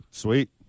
Sweet